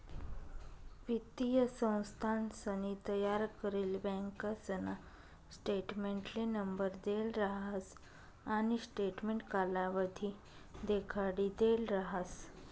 वित्तीय संस्थानसनी तयार करेल बँकासना स्टेटमेंटले नंबर देल राहस आणि स्टेटमेंट कालावधी देखाडिदेल राहस